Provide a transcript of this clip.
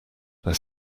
there